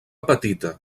petita